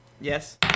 Yes